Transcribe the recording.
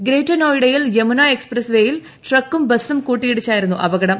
greater നോയിഡയിൽ Yamuna express വേയിൽ ട്രക്കും ബസ്സും കൂട്ടിയിടിച്ചായിരുന്നു അപകടം